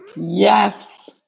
yes